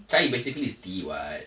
chai basically is tea [what]